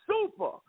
super